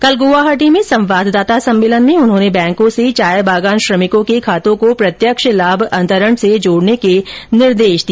कल गुवाहाटी में संवाददाता सम्मेलन में उन्होंने बैंकों से चायबागान श्रमिकों के खातों को प्रत्यक्ष लाम अंतरण से जोड़ने का निर्देश दिया